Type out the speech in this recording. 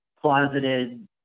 closeted